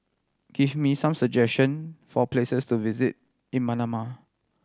give me some suggestion for places to visit in Manama